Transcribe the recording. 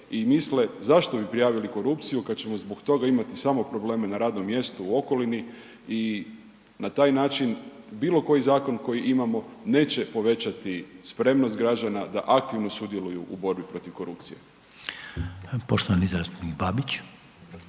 i misle zašto bi prijavili korupciju kada ćemo zbog toga imati samo problema na radnom mjestu u okolini i na taj način bilo koji zakon koji imamo neće povećati spremnost građana da aktivno sudjeluju u borbi protiv korupcije? **Reiner, Željko